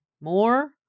more